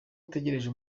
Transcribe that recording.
ategereje